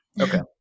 Okay